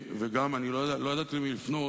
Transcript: או לפעמים גם קוראים בו סעיפים,